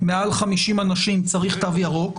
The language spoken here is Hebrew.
מעל 50 אנשים צריך תו ירוק,